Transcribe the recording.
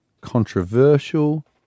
controversial